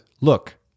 look